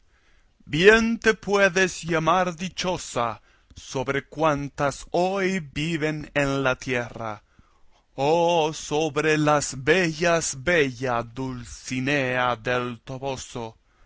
bien te puedes llamar dichosa sobre cuantas hoy viven en la tierra oh sobre las bellas bella dulcinea del toboso